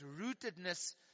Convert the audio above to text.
rootedness